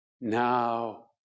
now